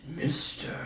Mr